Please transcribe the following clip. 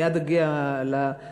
מייד אגיע לנימוק,